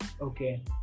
Okay